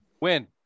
Win